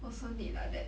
also need like that